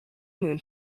moon